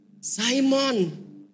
Simon